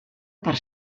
per